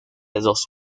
dos